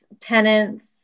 tenants